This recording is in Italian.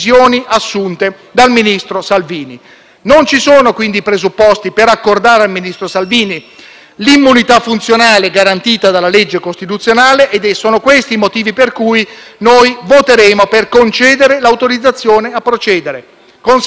l'immunità funzionale garantita dalla legge costituzionale. Sono questi i motivi per cui noi voteremo per concedere l'autorizzazione a procedere, consentendo al ministro Salvini di fare quello di cui, almeno a parole, non ha paura: